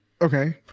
Okay